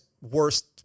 worst